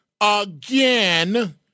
again